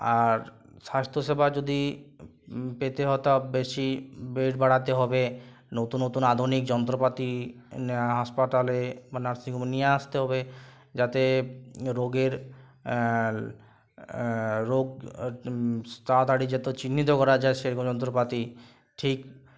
আর স্বাস্থ্য সেবা যদি পেতে হতা বেশি বেড বাড়াতে হবে নতুন নতুন আধুনিক যন্ত্রপাতি এনে হাসপাতালে বা নার্সিংহোমে নিয়ে আসতে হবে যাতে রোগের রোগ তাড়াতাড়ি যাতে চিহ্নিত করা যায় সেরকম যন্ত্রপাতি ঠিক